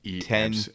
ten